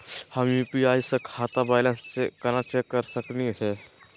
हम यू.पी.आई स खाता बैलेंस कना चेक कर सकनी हे?